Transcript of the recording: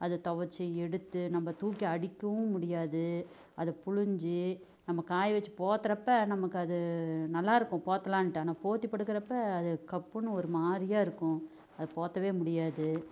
அதை துவச்சி எடுத்து நம்ம தூக்கி அடிக்கவும் முடியாது அதை பிழிஞ்சி நம்ம காய வச்சி போர்த்துறப்ப நமக்கு அது நல்லாருக்கும் போர்த்தலான்ட்டு ஆனால் போர்த்தி படுக்கிறப்ப அது கப்புனு ஒரு மாதிரியா இருக்கும் அது போர்த்தவே முடியாது